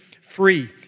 Free